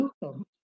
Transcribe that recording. welcome